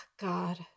God